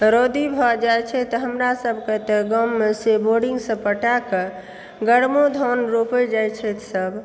तऽ रौदी भऽ जाय छै तऽ हमरासभकऽ तऽ गाममे से बोरिंगसँ पटायकऽ गरमा धान रोपय जाइत छथि सभ